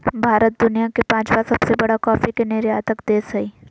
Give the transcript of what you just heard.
भारत दुनिया के पांचवां सबसे बड़ा कॉफ़ी के निर्यातक देश हइ